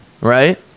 right